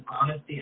honesty